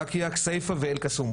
כסייפה ואל קסום.